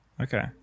Okay